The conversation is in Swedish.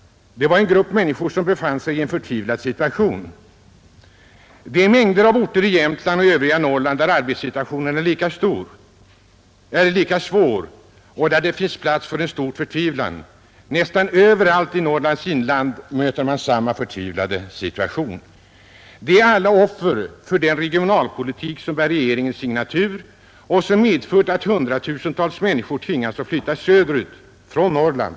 Det var en grupp som befann sig i en förtvivlad situation. Det finns mängder av orter i Jämtland och det övriga Norrland där arbetssituationen är lika svår och där det ges utrymme för en stor förtvivlan. Nästan överallt i Norrlands inland möter man samma hopplösa situation. De som bor där är alla offer för den regionalpolitik som bär regeringens signatur och som medför att hundratusentals människor tvingas att flytta söderut från Norrland.